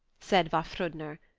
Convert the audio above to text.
said vafthrudner,